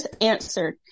answered